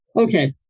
Okay